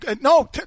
No